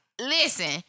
Listen